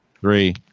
three